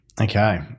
okay